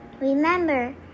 Remember